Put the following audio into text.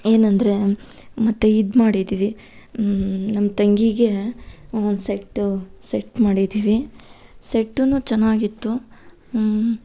ಏನಂದರೆ ಮತ್ತೆ ಇದು ಮಾಡಿದ್ದೀವಿ ನಮ್ಮ ತಂಗಿಗೆ ಒಂದು ಸೆಟ್ಟು ಸೆಟ್ ಮಾಡಿದ್ದೀವಿ ಸೆಟ್ಟು ಚೆನ್ನಾಗಿತ್ತು